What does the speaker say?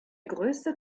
größte